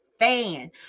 fan